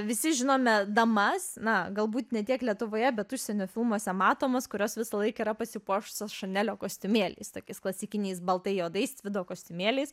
visi žinome damas na galbūt ne tiek lietuvoje bet užsienio filmuose matomos kurios visą laiką yra pasipuošusios šanelio kostiumėliais tokiais klasikiniais baltai juodais tvido kostiumėliais